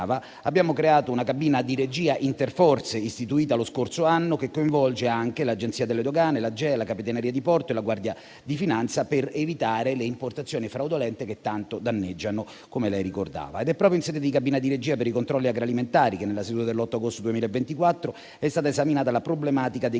abbiamo creato una cabina di regia interforze, istituita lo scorso anno, che coinvolge anche l'Agenzia delle dogane, l'AGEA, la Capitaneria di porto e la Guardia di finanza per evitare le importazioni fraudolente che tanto danneggiano. È proprio in sede di cabina di regia per i controlli agroalimentari che, nella seduta dell'8 agosto 2024, è stata esaminata la problematica dei